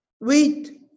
Wait